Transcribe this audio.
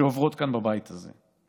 שעוברות כאן בבית הזה.